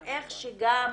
על איך שגם